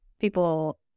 people